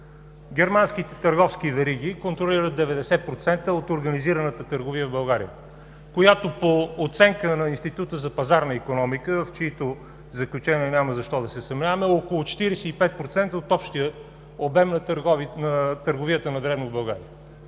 Германските търговски вериги контролират 90% от организираната търговия в България. По оценка на Института за пазарна икономика, в чийто заключения няма защо да се съмняваме, тя е около 45% от общия обем на търговията на дребно в България.